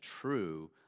true